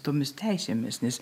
tomis teisėmis nes